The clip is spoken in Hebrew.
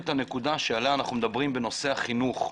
הנקודה שעליה אנו מדברים בנושא החינוך.